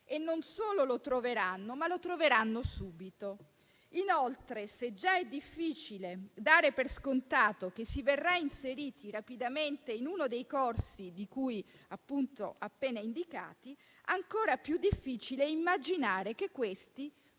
che non solo lo troveranno, ma lo troveranno subito. Inoltre, se già è difficile dare per scontato che si verrà inseriti rapidamente in uno dei corsi appena indicati, ancora più difficile è immaginare che questi